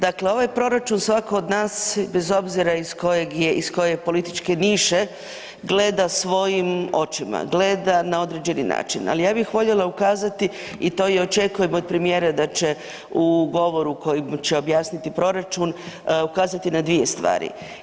Dakle, ovaj proračun svako od nas bez obzira iz kojeg je iz koje je političke niše gleda svojim očima, gleda na određeni način, ali ja bih voljela ukazati i to očekujem od premijera da će u govoru kojim će objasniti proračun ukazati na dvije stvari.